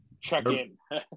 check-in